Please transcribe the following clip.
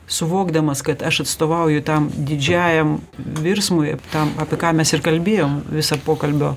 suvokdamas kad aš atstovauju tam didžiajam virsmui tam apie ką mes ir kalbėjom visą pokalbio